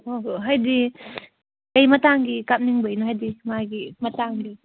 ꯍꯥꯏꯗꯤ ꯀꯔꯤ ꯃꯇꯥꯡꯒꯤ ꯀꯥꯞꯅꯤꯡꯕꯒꯤꯅꯣ ꯍꯥꯏꯕꯗꯤ ꯃꯥꯒꯤ ꯃꯇꯥꯡꯗꯣ